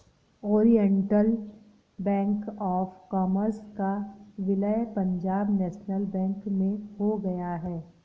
Oriental Bank of Commerce का विलय Punjab National Bank में हो गया है